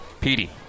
Petey